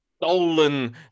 Stolen